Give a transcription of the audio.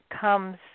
comes